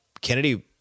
Kennedy